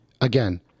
again